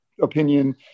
opinion